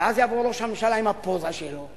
ואז יבוא ראש הממשלה עם הפוזה שלו,